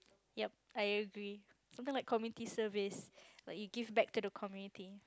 yup I agree something like community service like you give back to the community